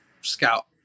scout